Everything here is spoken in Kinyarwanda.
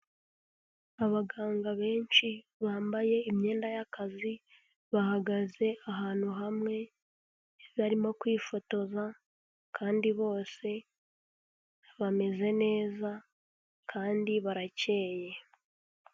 Abaganga benshi bambaye imyenda yakazi bahagaze ahantu hamwe barimo kwifotoza kandi bose bameze neza kandi barakeye.